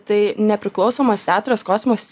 tai nepriklausomas teatras kosmos